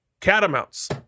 catamounts